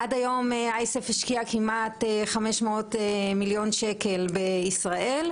עד היום קרן אייסף השקיעה כמעט 500 מיליון שקלים בישראל.